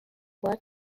word